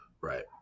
Right